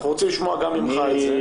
אנחנו רוצים לשמוע גם ממך את זה.